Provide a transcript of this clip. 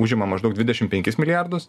užima maždaug dvidešim penkis milijardus